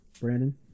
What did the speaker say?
Brandon